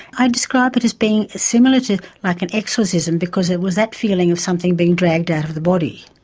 i describe it as being similar to like an exorcism because it was that feeling of something being dragged out of the body.